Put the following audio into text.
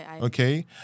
Okay